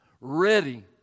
ready